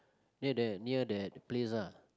near that near that place ah